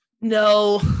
No